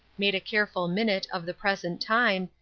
made a careful minute of the present time,